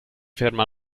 ferma